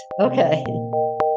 Okay